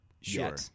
Sure